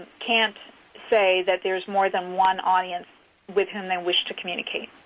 can't say that there is more than one audience with whom they wish to communicate.